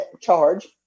charge